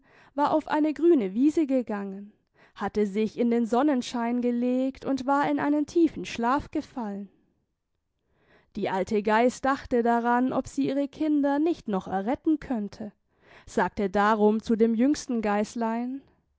war auf eine grüne wiese gegangen hatte sich in den sonnenschein gelegt und war in einen tiefen schlaf gefallen die alte geis dachte daran ob sie ihre kinder nicht noch erretten könnte sagte darum zu dem jüngsten geislein